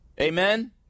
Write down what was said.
Amen